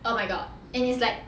oh my god and he's like